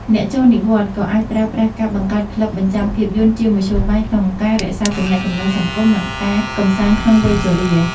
អ្នកចូលនិវត្តន៍ ក៏អាចប្រើប្រាស់ការបង្កើតក្លឹបបញ្ចាំងភាពយន្ត ជាមធ្យោបាយក្នុងការរក្សាទំនាក់ទំនងសង្គម និងការកម្សាន្តក្នុងវ័យជរា។